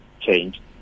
change